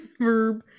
Verb